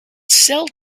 sell